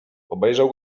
obejrzał